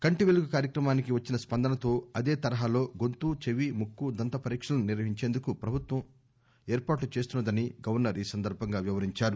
కంటి వెలుగు కార్యక్రమానికి వచ్చిన స్పందనతో అదే తరహాలో గొంతు చెవి ముక్కు దంత పరీకలను నిర్వహించేందుకు ప్రభుత్వం ఏర్పాట్లు చేస్తున్నదని గవర్నర్ తెలిపారు